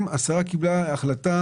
השרה קיבלה החלטה